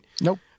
nope